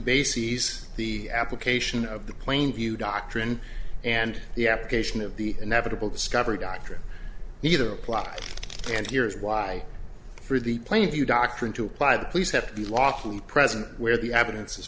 bases the application of the plainview doctrine and the application of the inevitable discovery doctrine either apply and here's why for the plain view doctrine to apply the police have to be lawfully present where the evidence is